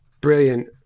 Brilliant